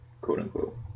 quote-unquote